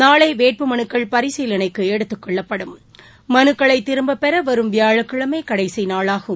நாளைவேட்புமனுக்கள் பரிசீலனைக்குஎடுத்துக் கொள்ளப்படும் மனுக்களைத் திரும்பப் பெறவரும் வியாழக்கிழமைகடைசிநாளாகும்